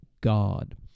god